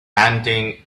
panting